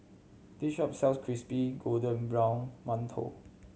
this shop sells crispy golden brown mantou